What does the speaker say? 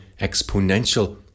exponential